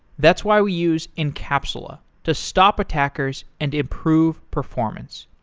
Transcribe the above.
that's why we use encapsula to stop attackers and improve performance.